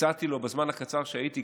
הצעתי לו בזמן הקצר שהייתי,